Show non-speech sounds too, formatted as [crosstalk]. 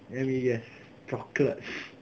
maybe eh chocolate [breath]